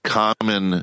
common